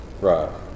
right